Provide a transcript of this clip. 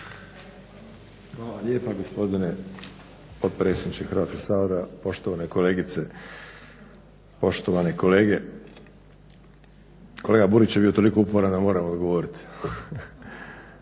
Hvala lijepa, gospodine potpredsjedniče Hrvatskog sabora. Poštovane kolegice, poštovani kolega. Kolega Burić je bio toliko uporan da moram odgovoriti.